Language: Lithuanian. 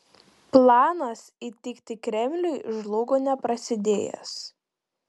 planas įtikti kremliui žlugo neprasidėjęs